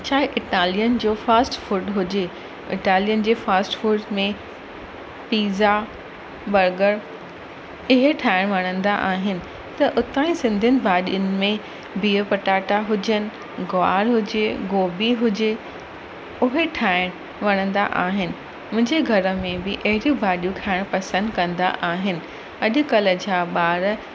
चाहे इटेलियन जो fast food Italian जे फास्ट फूड में पिज़ा बर्गर इहे ठाहिणु वणंदा आहिनि त हुतां जी सिंधियुनि भाॼियुनि में बिहु पटाटा हुजनि गुआरु हुजे गोभी हुजे उहे ठाहिणु वणंदा आहिनि मुंहिंजे घर में बि अहिड़ियूं भाॼियूं खाइणु पसंदि कंदा आहिनि अॼुकल्ह जा ॿार